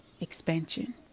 Expansion